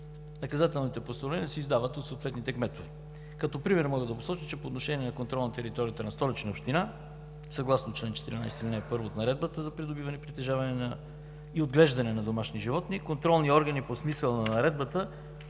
Наказателните постановления се издават от съответните кметове. Като пример мога да посоча, че по отношение на контрола на територията на Столична община, съгласно чл. 14, ал. 1 от Наредбата за придобиване, притежаване и отглеждане на домашни животни, контролни органи по смисъла на Наредбата